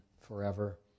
forever